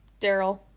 Daryl